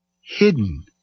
hidden